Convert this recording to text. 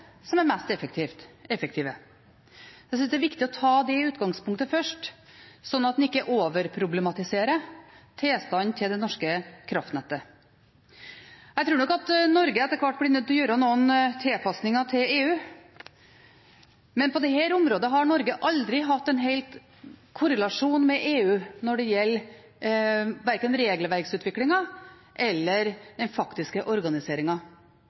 som er mest effektive. Jeg synes det er viktig å ta det først, som utgangspunkt, slik at en ikke overproblematiserer tilstanden til det norske kraftnettet. Jeg tror nok at Norge etter hvert blir nødt til å gjøre noen tilpasninger til EU, men på dette området har Norge aldri hatt en full korrelasjon med EU, verken når det gjelder regelverksutviklingen eller den faktiske